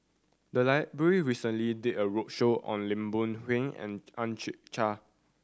the library recently did a roadshow on Lim Boon Heng and Ang Chwee Chai